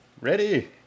ready